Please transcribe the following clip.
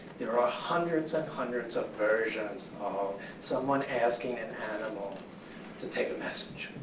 there are hundreds and hundreds of versions of someone asking an animal to take a message.